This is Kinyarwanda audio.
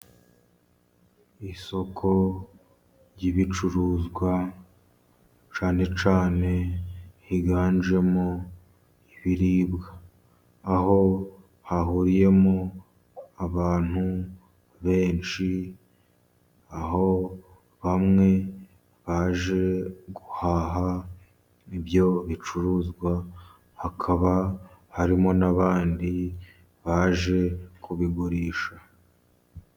Isoko ry'ibicuruzwa cyane cyane higanjemo ibiribwa. Aho hahuriyemo abantu benshi, aho bamwe baje guhaha ibyo bicuruzwa, hakaba harimo n'abandi baje kubigurisha.